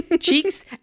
cheeks